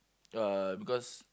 uh because